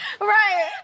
Right